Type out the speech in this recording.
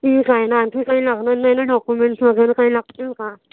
ठीक आहे ना आणखी काही लागणार नाही ना डॉक्युमेंट्स वगैरे काय लागतील का